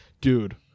dude